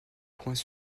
points